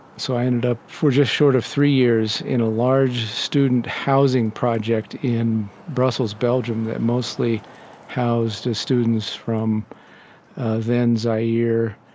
so i ended up, for just short of three years, in a large student housing project in brussels, belgium, that mostly housed students from then zaire,